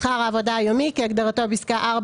"שכר העבודה היומי" כהגדרתו בפסקה (4)